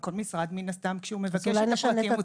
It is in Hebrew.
כל משרד מן הסתם כשהוא מבקש את הפרטים,